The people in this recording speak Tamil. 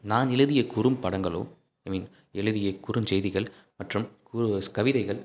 நான் எழுதிய குறும்படங்களும் ஐ மீன் எழுதிய குறுஞ்செய்திகள் மற்றும் கு கவிதைகள்